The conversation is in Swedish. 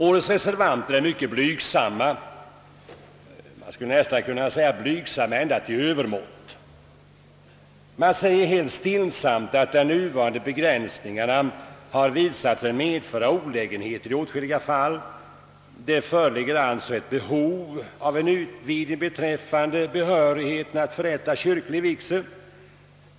Årets reservanter är mycket blygsamma, jag skulle nästan kunna säga blygsamma till övermått. De säger helt stillsamt att de nuvarande begränsningarna har visat sig medföra olägenheter i åtskilliga fall. Det föreligger alltså ett behov av en utvidgning beträffande behörigheten att förrätta kyrklig vigsel.